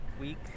week